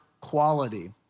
quality